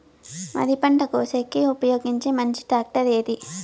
వరి పంట కోసేకి ఉపయోగించే మంచి టాక్టర్ ఏది?